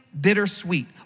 bittersweet